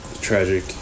Tragic